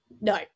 no